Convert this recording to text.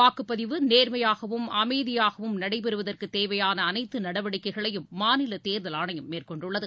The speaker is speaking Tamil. வாக்குப்பதிவு நேர்மையாகவும் அமைதியாகவும் நடைபெறுவதற்குதேவையானஅனைத்தநடவடிக்கைகளையும் மாநிலதேர்தல் ஆணையம் மேற்கொண்டுள்ளது